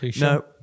No